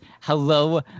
Hello